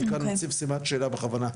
אני כאן מציב סימן שאלה בכוונה,